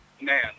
man